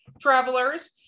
travelers